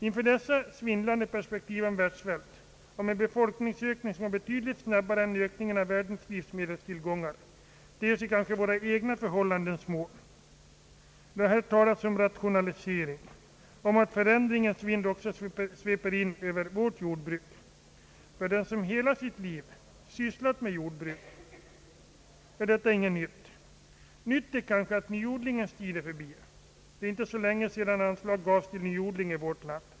Inför dessa svindlande perspektiv om världssvält, om en befolkningsökning som går betydligt snabbare än ökningen av världens livsmedelstillgångar ter sig kanske våra egna förhållanden små. Det har här talats om rationalisering, om att förändringens vind också sveper in över vårt jordbruk. För den som hela sitt liv sysslat med jordbruk är detta ingenting nytt. Nytt är kanske att nyodlingens tid är förbi. Det är inte så länge sedan anslag gavs till nyodling i vårt land.